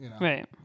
right